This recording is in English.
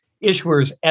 issuer's